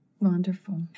Wonderful